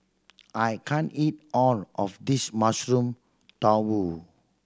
I can't eat all of this Mushroom Tofu